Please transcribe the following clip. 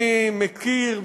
אני מכיר,